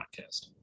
podcast